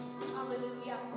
hallelujah